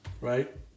right